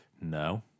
No